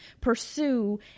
pursue